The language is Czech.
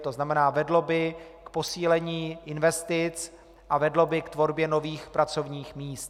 To znamená, vedlo by k posílení investic a vedlo by k tvorbě nových pracovních míst.